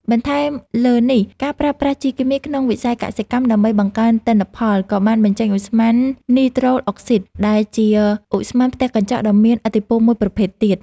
បន្ថែមលើនេះ ការប្រើប្រាស់ជីគីមីក្នុងវិស័យកសិកម្មដើម្បីបង្កើនទិន្នផល ក៏បានបញ្ចេញឧស្ម័ននីត្រូសអុកស៊ីត ដែលជាឧស្ម័នផ្ទះកញ្ចក់ដ៏មានឥទ្ធិពលមួយប្រភេទទៀត។